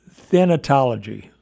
thanatology